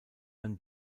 man